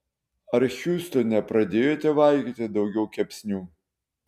ar hjustone pradėjote valgyti daugiau kepsnių